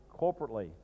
corporately